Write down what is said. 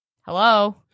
Hello